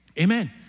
Amen